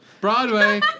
Broadway